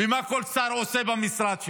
ומה כל שר עושה במשרד שלו.